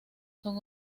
son